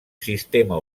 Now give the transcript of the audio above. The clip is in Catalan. sistema